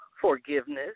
forgiveness